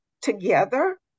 together